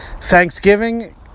Thanksgiving